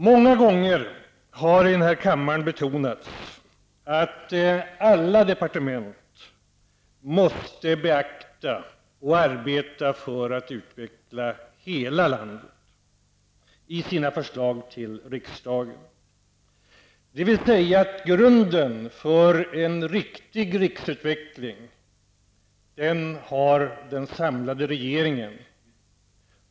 Många gånger har det i denna kammare betonats att alla departement måste beakta och arbeta för att utveckla hela landet i sina förslag till riksdagen, dvs. grunden för en riktig riksutveckling har den samlade regeringen.